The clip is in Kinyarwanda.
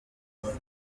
usibye